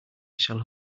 shall